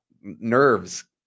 nerves